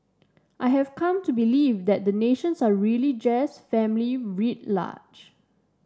I have come to believe that nations are really just family writ large